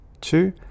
two